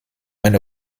eine